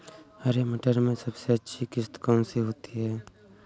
हरे मटर में सबसे अच्छी किश्त कौन सी होती है?